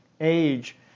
age